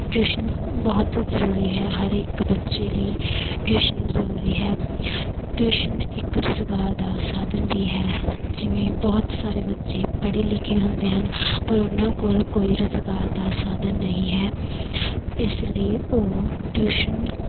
tuition ਬਹੁਤ ਜ਼ਰੂਰੀ ਹੈ ਹਰ ਇੱਕ ਬੱਚੇ ਲਈ ਟਿਊਸ਼ਨ ਜ਼ਰੂਰੀ ਹੈ ਟਿਊਸ਼ਨ ਇੱਕ ਰੁਜ਼ਗਾਰ ਦਾ ਸਾਧਨ ਵੀ ਹੈ ਜਿਵੇਂ ਬਹੁਤ ਸਾਰੇ ਬੱਚੇ ਪੜ੍ਹੇ ਲਿਖੇ ਹੁੰਦੇ ਹਨ ਪਰ ਉਨ੍ਹਾਂ ਕੋਲ ਕੋਈ ਰੁਜ਼ਗਾਰ ਦਾ ਸਾਧਨ ਨਹੀਂ ਹੈ ਇਸ ਲਈ ਉਹ ਟਿਊਸ਼ਨ